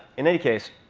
any case,